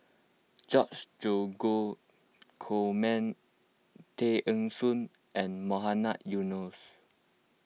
George Dromgold Coleman Tay Eng Soon and Mohamed Eunos Abdullah